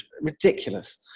ridiculous